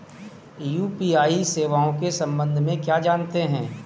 UPI सेवाओं के संबंध में क्या जानते हैं?